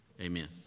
Amen